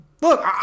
Look